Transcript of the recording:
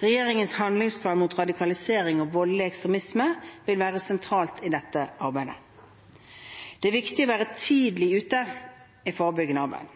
Regjeringens handlingsplan mot radikalisering og voldelig ekstremisme vil være sentral i dette arbeidet. Det er viktig å være tidlig ute med forebyggende arbeid.